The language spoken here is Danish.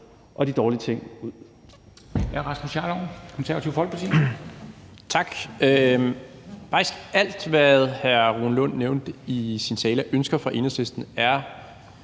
få de dårlige ting ud.